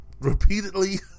repeatedly